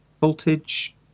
voltage